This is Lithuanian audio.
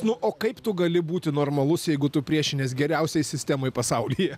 na o kaip tu gali būti normalus jeigu tu priešiniesi geriausiai sistemai pasaulyje